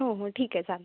हो हो ठीक आहे चालेल